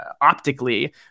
Optically